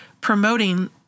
promoting